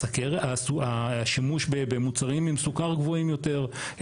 השימוש במוצרים עם סוכר גבוהים יותר,